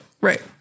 Right